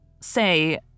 Say